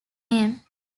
name